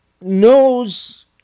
knows